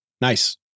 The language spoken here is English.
Nice